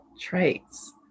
traits